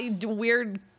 weird